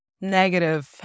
negative